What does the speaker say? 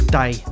day